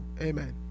Amen